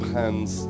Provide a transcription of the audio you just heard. hands